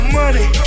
money